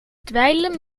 dweilen